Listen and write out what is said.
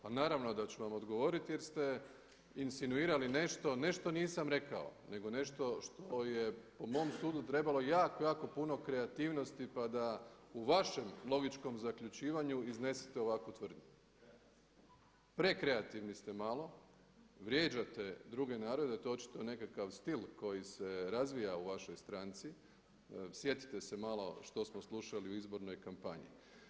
Pa naravno da ću vam odgovoriti jer ste insinuirali nešto, nešto nisam rekao, nego nešto što je po mom sudu trebalo jako, jako puno kreativnosti pa da u vašem logičkom zaključivanju iznesete ovakvu tvrdnju. … [[Upadica se ne čuje.]] Prekreativni ste malo, vrijeđate druge narode, to je očito nekakav stil koji se razvija u vašoj stranci, sjetite se malo što smo slušali u izbornoj kampanji.